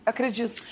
Acredito